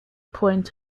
point